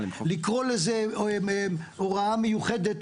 לקרוא לזה הוראה מיוחדת,